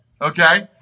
okay